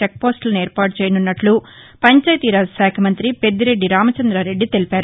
check పోస్టులను ఏర్పాటు చేయనున్నట్ల పంచయతీరాజ్ శాఖ మంత్రి పెద్దిరెడ్డి రామచంద్రారెడ్డి తెలిపారు